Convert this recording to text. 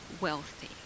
wealthy